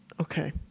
Okay